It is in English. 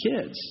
kids